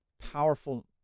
powerful